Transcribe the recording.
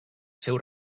seu